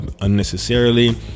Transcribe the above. unnecessarily